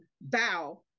thou